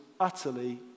utterly